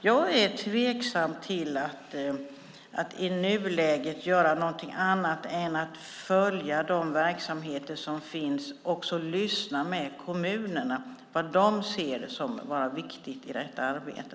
Jag är därför tveksam till att man i nuläget ska göra någonting annat än att följa de verksamheter som finns och lyssna på vad kommunerna ser som viktigt i detta arbete.